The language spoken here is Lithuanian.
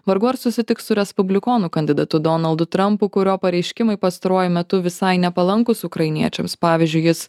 vargu ar susitiks su respublikonų kandidatu donaldu trampu kurio pareiškimai pastaruoju metu visai nepalankūs ukrainiečiams pavyzdžiui jis